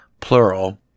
Plural